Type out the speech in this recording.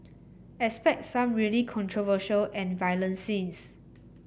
expect some really controversial and violent scenes